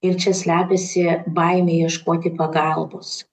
ir čia slepiasi baimė ieškoti pagalbos